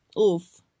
oof